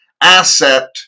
asset